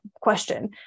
question